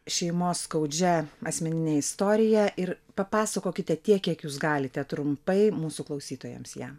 šeimos skaudžia asmenine istorija ir papasakokite tiek kiek jūs galite trumpai mūsų klausytojams ją